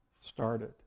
started